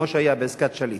כמו שהיה בעסקת שליט.